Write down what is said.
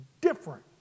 different